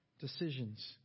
decisions